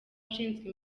ushinzwe